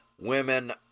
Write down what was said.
women